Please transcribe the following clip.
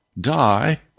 die